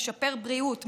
משפר בריאות,